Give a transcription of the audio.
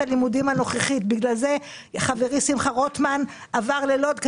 הלימודים הנוכחית ובגלל זה חברי שמחה רוטמן עבר ללוד.